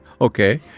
Okay